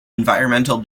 environmental